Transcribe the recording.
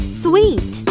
sweet